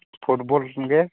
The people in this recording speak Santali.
ᱯᱷᱩᱴᱵᱚᱞ ᱠᱷᱮᱞ ᱜᱮ